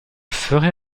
ferais